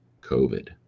COVID